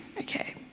Okay